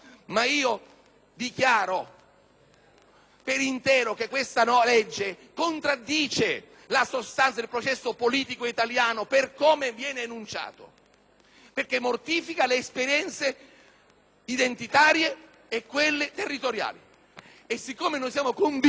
legge in esame contraddice totalmente la sostanza del processo politico italiano per come viene enunciato, perché mortifica le esperienze identitarie e quelle territoriali. Siccome siamo convinti delle nostre buone ragioni